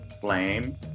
flame